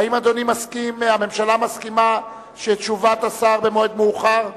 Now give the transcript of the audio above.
האם הממשלה מסכימה שתשובת השר תינתן במועד מאוחר יותר?